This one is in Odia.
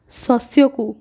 ଶସ୍ୟକୁ